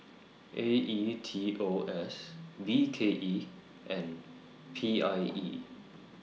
A E T O S B K E and P I E